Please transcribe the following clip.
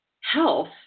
health